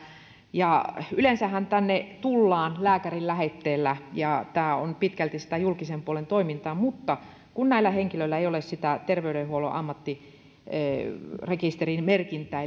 yleensähän tänne tullaan lääkärin lähetteellä ja tämä on pitkälti sitä julkisen puolen toimintaa mutta kun näillä henkilöillä ei ole sitä terveydenhuollon ammattirekisterimerkintää